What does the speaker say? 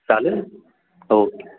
चालेल ओके